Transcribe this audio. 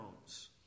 homes